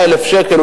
100,000 שקלים,